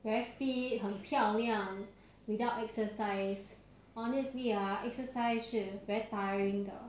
very fit 很漂亮 without exercise honestly ah exercise 是 very tiring 的